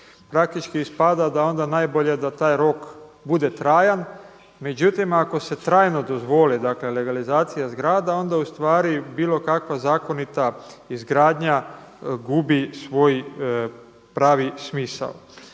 praktički ispada da onda najbolje da taj rok bude trajan. Međutim, ako se trajno dozvole, dakle legalizacija zgrada, onda ustvari bilo kakva zakonita izgradnja gubi svoj pravi smisao.